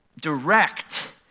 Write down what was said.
direct